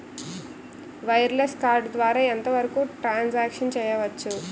Wireless card ద్వారా ఎంత వరకు ట్రాన్ సాంక్షన్ చేయవచ్చు?